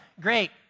great